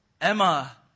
Emma